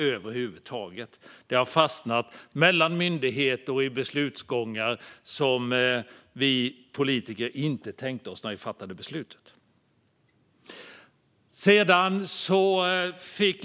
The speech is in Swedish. Ärendena har fastnat mellan myndigheter och i beslutsgångar som vi politiker inte tänkte oss när vi fattade beslutet.